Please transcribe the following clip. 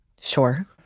Sure